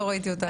לא ראיתי אותך.